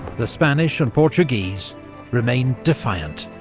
the spanish and portuguese remained defiant.